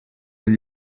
agli